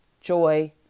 joy